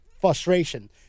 frustration